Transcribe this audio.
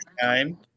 time